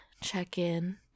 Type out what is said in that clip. check-in